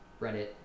reddit